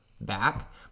back